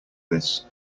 this